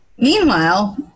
Meanwhile